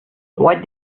what